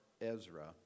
Ezra